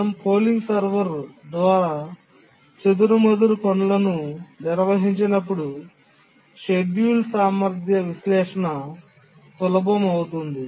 మనం polling server ద్వారా చెదురుమదురు పనులను నిర్వహించినప్పుడు షెడ్యూల్ సామర్థ్య విశ్లేషణ సులభం అవుతుంది